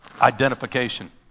Identification